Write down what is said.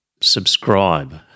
subscribe